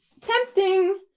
tempting